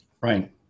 Right